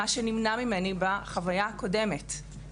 מה שנמנע ממני בחוויה הקודמת.